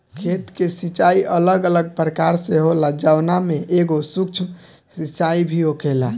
खेत के सिचाई अलग अलग प्रकार से होला जवना में एगो सूक्ष्म सिंचाई भी होखेला